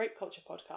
grapeculturepodcast